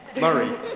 Murray